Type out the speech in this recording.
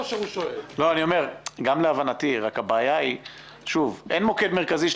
גם להבנתי אבל אין מוקד מרכזי של